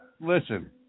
Listen